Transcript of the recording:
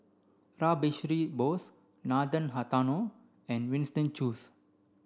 Rash Behari Bose Nathan Hartono and Winston Choos